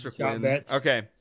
Okay